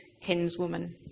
kinswoman